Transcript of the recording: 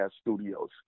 studios